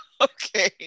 okay